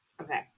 Okay